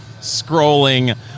scrolling